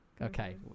Okay